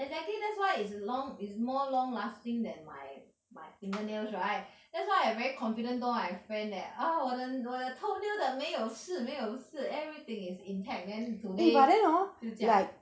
exactly that's why it's long it's more long lasting than my my fingernails right that's why I very confident told my friend that oh 我的我的 toenails 的没有事没有事 everything is intact then today 是这样